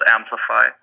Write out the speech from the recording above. Amplify